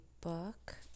book